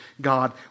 God